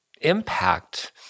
impact